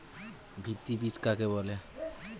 ভিত্তি বীজ কাকে বলে?